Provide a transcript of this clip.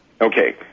Okay